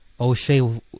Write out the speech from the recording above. O'Shea